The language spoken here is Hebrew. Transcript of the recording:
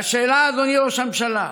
והשאלה, אדוני ראש הממשלה: